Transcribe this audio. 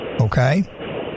okay